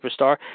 superstar